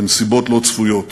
בנסיבות לא צפויות.